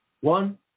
One